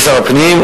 כשר הפנים,